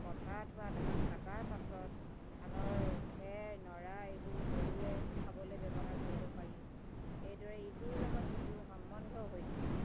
পথাৰত হোৱা ধান কটাৰ পাছত ধানৰ খেৰ নৰা এইবোৰ গৰুৱে খাবলৈ ব্যৱহাৰ কৰিব পাৰি এইদৰে ইটোৰ লগত সিটোৰ সম্বন্ধ হৈ থাকে